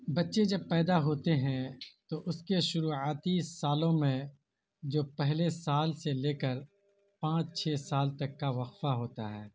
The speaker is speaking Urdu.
بچے جب پیدا ہوتے ہیں تو اس کے شروعاتی سالوں میں جو پہلے سال سے لے کر پانچ چھ سال تک کا وقفہ ہوتا ہے